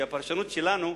שהפרשנות שלנו,